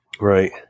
Right